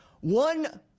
One